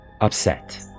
upset